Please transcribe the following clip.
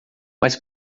mas